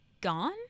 gone